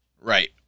Right